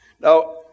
Now